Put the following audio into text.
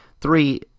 three